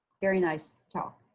very nice talk